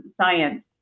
science